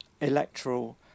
electoral